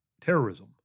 terrorism